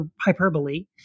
hyperbole